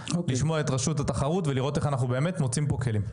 לשמוע את רשות התחרות ולראות איך אנחנו באמת מוצאים פה כלים.